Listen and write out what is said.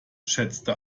schätzte